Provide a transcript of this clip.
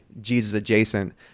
Jesus-adjacent